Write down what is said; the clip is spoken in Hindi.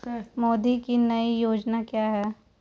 मोदी की नई योजना क्या है?